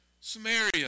Samaria